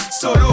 Solo